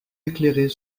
éclairer